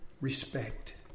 Respect